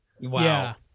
wow